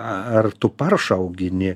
ar tu paršą augini